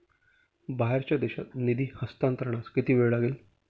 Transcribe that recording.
बाहेरच्या देशात निधी हस्तांतरणास किती वेळ लागेल?